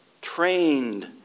trained